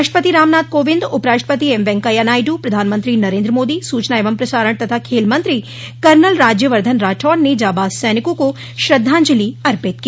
राष्ट्रपति रामनाथ कोविंद उपराष्ट्रपति एम वैंकेयानायडू प्रधानमंत्री नरेन्द्र मोदी सूचना एवं प्रसारण तथा खेल मंत्री कर्नल राज्यवर्धन राठौड़ ने जांबाज सैनिकों को श्रद्वांजलि अर्पित की